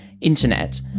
internet